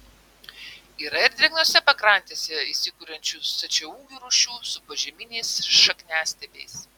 yra ir drėgnose pakrantėse įsikuriančių stačiaūgių rūšių su požeminiais šakniastiebiais